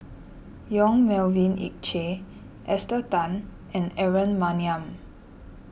Yong Melvin Yik Chye Esther Tan and Aaron Maniam